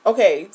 Okay